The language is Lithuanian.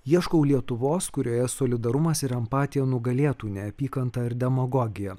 ieškau lietuvos kurioje solidarumas ir empatija nugalėtų neapykantą ir demagogiją